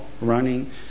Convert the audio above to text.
running